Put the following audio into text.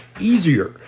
easier